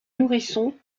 nourrisson